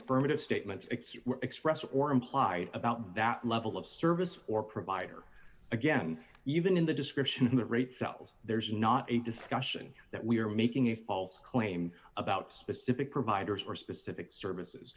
affirmative statements expressed or implied about that level of service or provider again even in the description that rate sells there's not a discussion that we are making a false claim about specific providers or specific services